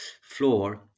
floor